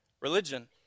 religion